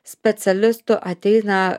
specialistų ateina